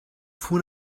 fue